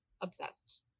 obsessed